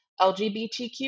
LGBTQ